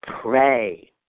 Pray